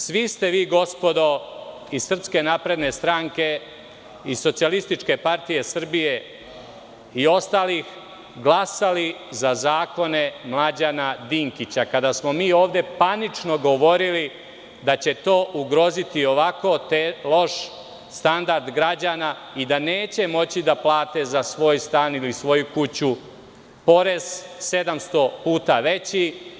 Svi ste vi gospodo iz SNS i SPS i ostalih glasali za zakone Mlađana Dinkića, kada smo mi ovde panično govorili da će to ugroziti ovako loš standard građana i da neće moći da plate za svoj stan ili svoju kuću porez 700 puta veći.